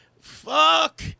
fuck